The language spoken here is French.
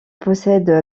possède